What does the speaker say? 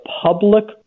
public